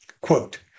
Quote